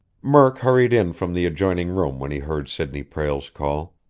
murk hurried in from the adjoining room when he heard sidney prale's call.